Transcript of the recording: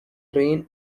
train